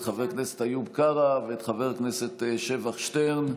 חבר הכנסת איוב קרא ואת חבר הכנסת שבח שטרן,